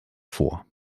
vor